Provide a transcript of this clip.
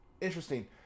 interesting